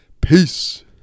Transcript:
peace